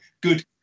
good